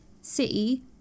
city